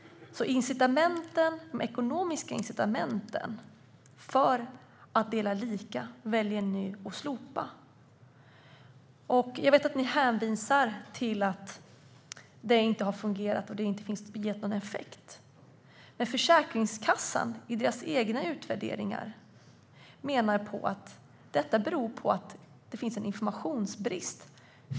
De ekonomiska incitamenten för att dela lika väljer ni att slopa. Jag vet att ni hänvisar till att bonusen inte har fungerat och inte har gett någon effekt. Men Försäkringskassans egna utvärderingar anger att det beror på att det finns en informationsbrist.